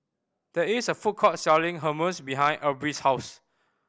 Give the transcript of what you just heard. there is a food court selling Hummus behind Aubrey's house